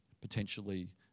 potentially